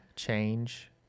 Change